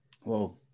Whoa